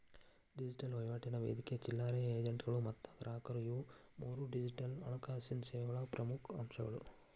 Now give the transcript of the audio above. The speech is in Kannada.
ಡಿಜಿಟಲ್ ವಹಿವಾಟಿನ ವೇದಿಕೆ ಚಿಲ್ಲರೆ ಏಜೆಂಟ್ಗಳು ಮತ್ತ ಗ್ರಾಹಕರು ಇವು ಮೂರೂ ಡಿಜಿಟಲ್ ಹಣಕಾಸಿನ್ ಸೇವೆಗಳ ಪ್ರಮುಖ್ ಅಂಶಗಳು